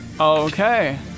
Okay